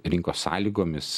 rinkos sąlygomis